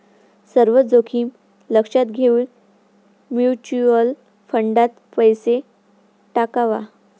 सर्व जोखीम लक्षात घेऊन म्युच्युअल फंडात पैसा टाकावा